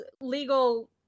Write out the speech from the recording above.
legal